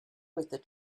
with